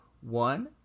one